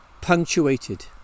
punctuated